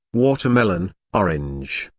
watermelon, orange,